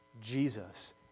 Jesus